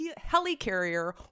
helicarrier